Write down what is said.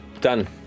Done